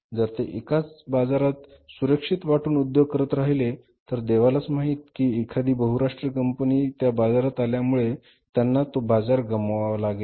जर ते एकाच बाजारात सुरक्षित वाटून उद्योग करत राहिले तर देवालाच माहित कि एखादी बहुराष्ट्रीय कंपनी त्या बाजारात आल्यामुळे त्यांना तो बाजार गमवावा लागेल